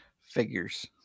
Figures